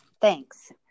Thanks